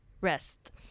rest